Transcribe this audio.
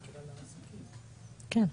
כן.